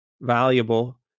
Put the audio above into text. valuable